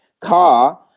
car